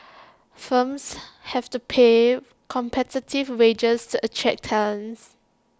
firms have to pay competitive wages to attract talents